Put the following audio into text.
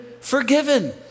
forgiven